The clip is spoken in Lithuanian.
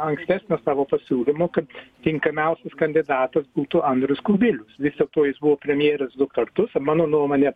ankstesnio savo pasiūlymo kad tinkamiausias kandidatas būtų andrius kubilius vis tik to to jis buvo premjeras du kartus o mano nuomonė